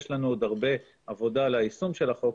יש לנו עוד הרבה עבודה על היישום של החוק,